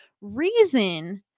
reason